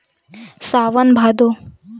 सावन भादो